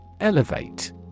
Elevate